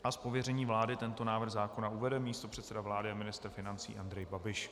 Z pověření vlády tento návrh zákona uvede místopředseda vlády a ministr financí Andrej Babiš.